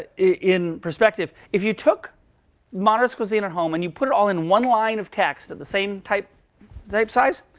in perspective. if you took modernist cuisine at home, and you put it all in one line of text at the same type type size,